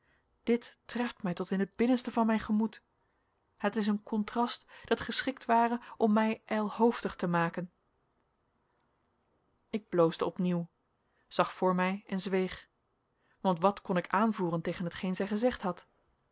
dit treft mij tot in het binnenste van mijn gemoed het is een contrast dat geschikt ware om mij ijlhoofdig te maken ik bloosde opnieuw zag voor mij en zweeg want wat kon ik aanvoeren tegen hetgeen zij gezegd had